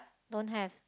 don't have